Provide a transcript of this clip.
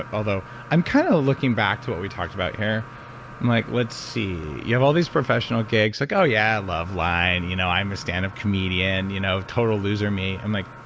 ah although i'm kind of looking back to what we talked about here. i'm like, let's see. you have all these professional gigs. like oh, yeah loveline. you know i'm a stand-up comedian. you know total loser me. i'm like,